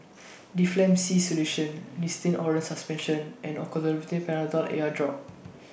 Difflam C Solution Nystatin Oral Suspension and Olopatadine Patanol Eyedrop